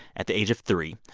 at the age of three.